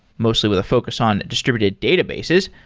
mostly with a focus on distributed databases,